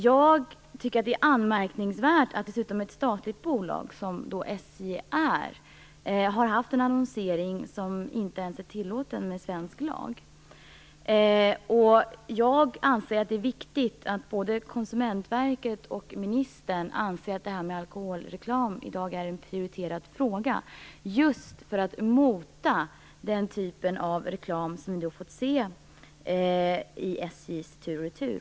Jag tycker att det är anmärkningsvärt att dessutom ett statligt bolag som SJ har haft en annonsering som inte ens är tillåten enligt svensk lag. Jag anser att det är viktigt att både Konsumentverket och ministern ser detta med alkoholreklam som en prioriterad fråga, just för att motverka den typ av reklam som vi har fått se i SJ:s Tur & Retur.